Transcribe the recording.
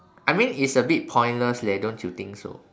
I mean it's a bit pointless leh don't you think so